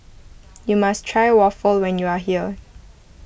you must try waffle when you are here